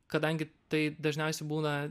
kadangi tai dažniausiai būna